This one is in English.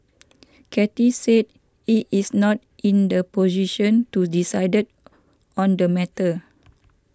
Cathay said it is not in the position to decided on the matter